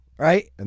Right